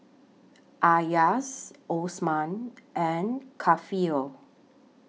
Elyas Osman and Kefli